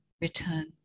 return